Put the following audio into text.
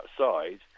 outside